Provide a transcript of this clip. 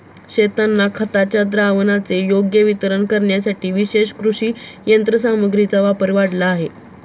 शेतांना खताच्या द्रावणाचे योग्य वितरण करण्यासाठी विशेष कृषी यंत्रसामग्रीचा वापर वाढला आहे